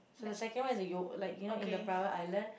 so the second one is the yo~ like you know in a private island